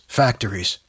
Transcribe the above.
factories